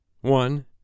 One